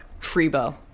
Freebo